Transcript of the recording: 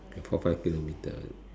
the four five kilometer